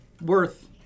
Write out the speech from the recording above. worth